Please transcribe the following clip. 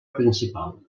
principal